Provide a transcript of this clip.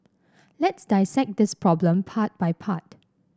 let's dissect this problem part by part